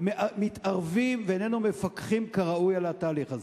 מתערבים בו ואיננו מפקחים כראוי על התהליך הזה.